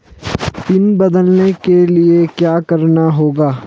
Pin बदलने के लिए क्या करना होगा?